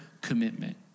commitment